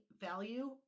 value